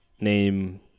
Name